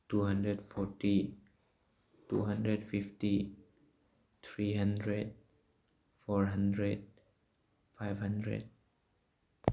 two hundred forty two hundred forty three hundred four hundred five hundred